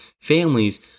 families